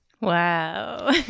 Wow